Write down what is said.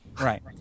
Right